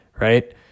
right